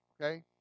okay